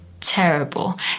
terrible